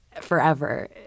forever